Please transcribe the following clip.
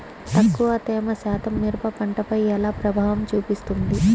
తక్కువ తేమ శాతం మిరప పంటపై ఎలా ప్రభావం చూపిస్తుంది?